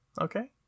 okay